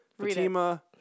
Fatima